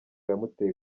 yamuteye